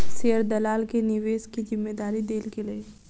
share दलाल के निवेश के जिम्मेदारी देल गेलै